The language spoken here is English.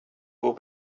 will